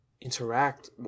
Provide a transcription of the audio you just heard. interact